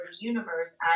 universe